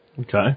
Okay